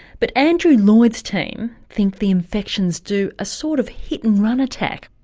but andrew lloyd's team think the infections do a sort of hit-and-run attack.